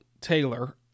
Taylor